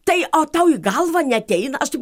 tai o tau į galvą neateina aš taip